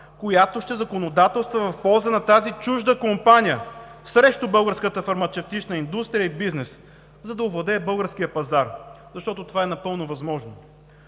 която ще законодателства в полза на тази чужда компания срещу българската фармацевтична индустрия и бизнес, за да овладее българския пазар, защото това е напълно възможно?